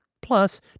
Plus